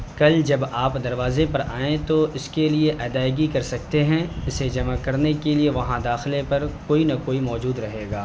کل جب آپ دروازے پر آئیں تو اس کے لیے ادائیگی کر سکتے ہیں اسے جمع کرنے کے لیے وہاں داخلے پر کوئی نہ کوئی موجود رہے گا